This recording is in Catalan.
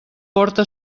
porta